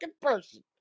person